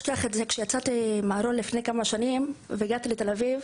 כשיצאתי מהארון לפני כמה שנים והגעתי לתל אביב,